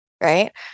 Right